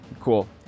Cool